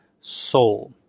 soul